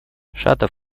шатов